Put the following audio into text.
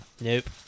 Nope